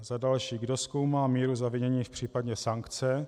Za další, kdo zkoumá míru zavinění v případě sankce?